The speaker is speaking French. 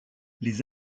les